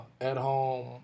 at-home